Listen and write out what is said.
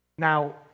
Now